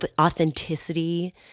authenticity